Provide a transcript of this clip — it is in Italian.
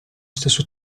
stesso